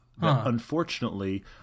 Unfortunately